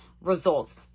results